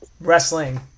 wrestling